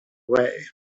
way